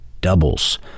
doubles